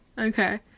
okay